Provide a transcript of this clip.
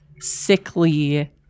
sickly